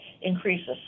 increases